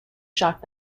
shock